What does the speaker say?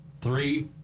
three